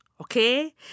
okay